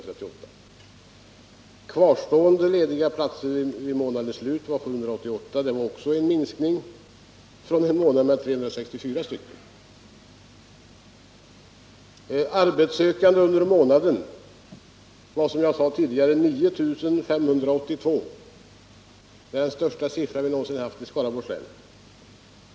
Antalet kvarstående lediga platser vid månadens slut var 788. Det var också en minskning på en månad med 364. Antalet arbetssökande under månaden var, som jag sade tidigare, 9 582 — den högsta siffra vi någonsin haft i Skaraborgs län.